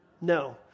No